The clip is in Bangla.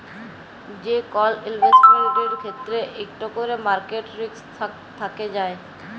যে কল ইলভেসেটমেল্টের ক্ষেত্রে ইকট ক্যরে মার্কেট রিস্ক থ্যাকে যায়